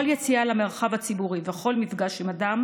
כל יציאה למרחב הציבורי וכל מפגש עם אדם